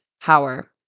power